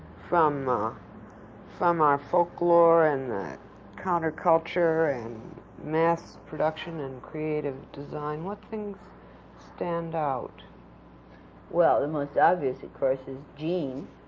from um from our folklore and the counterculture and mass production and creative design? what things stand out? lambert well, the most obvious, of course, is jeans,